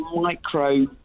micro